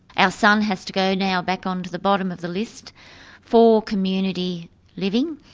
ah son has to go now back onto the bottom of the list for community living.